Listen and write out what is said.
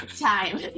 time